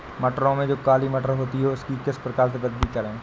मटरों में जो काली मटर होती है उसकी किस प्रकार से वृद्धि करें?